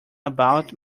about